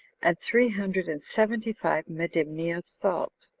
and three hundred and seventy five medimni of salt.